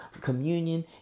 communion